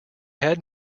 had